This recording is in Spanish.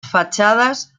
fachadas